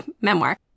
memoir